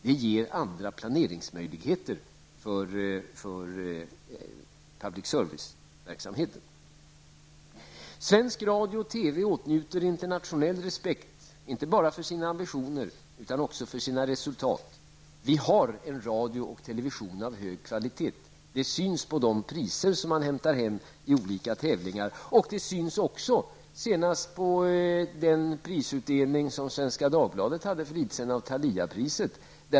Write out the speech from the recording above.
Det ger andra planeringsmöjligheter för public serviceverksamheten. Svensk radio och TV åtnjuter internationell respekt, inte bara för sina ambitioner utan också för sina resultat. Vi har en radio och television av hög kvalitet. Det syns på de priser man hämtar hem i olika tävlingar. Det syntes också vid Svenska Thaliapriset.